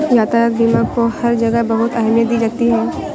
यातायात बीमा को हर जगह बहुत अहमियत दी जाती है